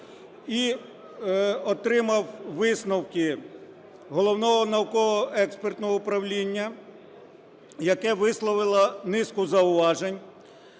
і отримав висновки Головного науково-експертного управління, яке висловило низку зауважень